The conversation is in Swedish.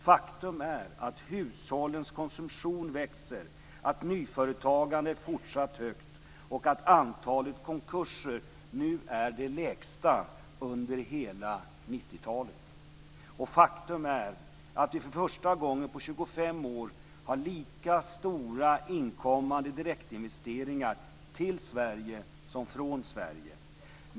· Faktum är att hushållens konsumtion växer, att nyföretagandet är fortsatt högt och att antalet konkurser nu är det lägsta under hela 90-talet. · Faktum är också att vi för första gången på 25 år har lika stora inkommande direktinvesteringar till Sverige som från Sverige.